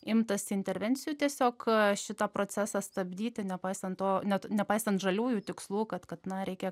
imtasi intervencijų tiesiog šitą procesą stabdyti nepaisant to net nepaisant žaliųjų tikslų kad kad na reikia